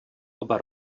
oba